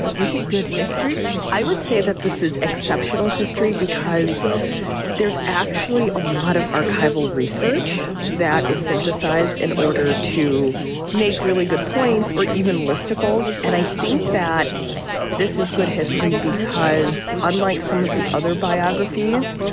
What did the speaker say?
is it good history? i would say that this is exceptional history because there's actually a lot of archival research that is synthesized in order to make really good points or even listicles. and i think that this is good history because unlike some of the other biographies,